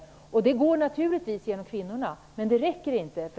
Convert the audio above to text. Åtgärderna häremot går naturligtvis genom kvinnorna, men det räcker inte.